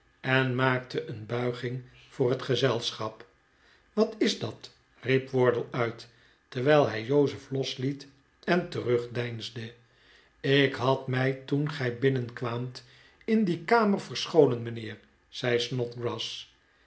en maakte een bulging voor het gezelschap wat is dat riep wardle uit terwijl hij jozef losliet en terugdeinsde ik had mij toen gij binnenkwaamt in die kamer verscholen mijnheer zei snodgrass